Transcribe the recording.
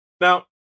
Now